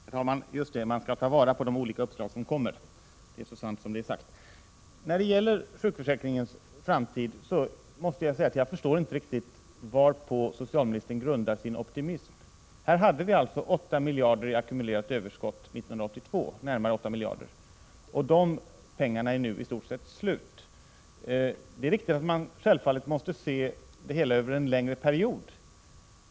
Herr talman! Just det — man skall ta vara på de olika uppslag som kommer fram. Det är så sant som det är sagt. När det gäller sjukförsäkringens framtid måste jag säga att jag inte riktigt förstår varpå socialministern grundar sin optimism. Vi hade alltså år 1982 närmare 8 miljarder kronor i ackumulerat överskott. De pengarna är nu i stort sett slut. Självfallet måste man se det hela över en längre period.